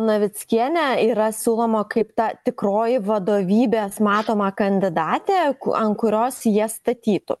navickienė yra siūloma kaip ta tikroji vadovybės matoma kandidatė ant kurios jie statytų